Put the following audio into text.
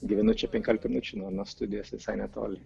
gyvenu čia penkiolika minučių nuo nuo studijos visai netoli